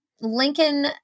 Lincoln